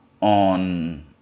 on